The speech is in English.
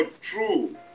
true